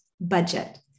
budget